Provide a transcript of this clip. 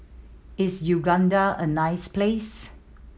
is Uganda a nice place